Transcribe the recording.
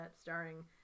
starring